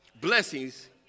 blessings